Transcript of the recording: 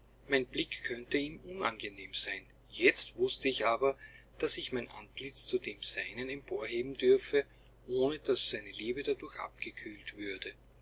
mein blick könne ihm unangenehm sein jetzt wußte ich aber daß ich mein antlitz zu dem seinen emporheben dürfe ohne daß seine liebe dadurch abgekühlt würde